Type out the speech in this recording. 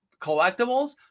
collectibles